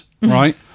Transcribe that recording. right